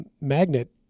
magnet